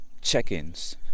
check-ins